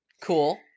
Cool